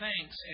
thanks